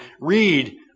read